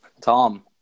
Tom